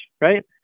right